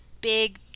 big